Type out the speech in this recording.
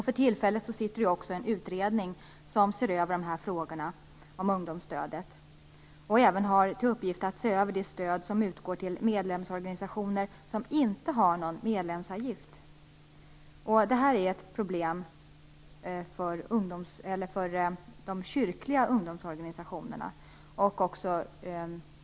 För tillfället ser också en utredning över frågorna om ungdomsstödet. Den har även till uppgift att se över det stöd som utgår till medlemsorganisationer som inte har någon medlemsavgift. Det är ett problem för de kyrkliga ungdomsorganisationerna.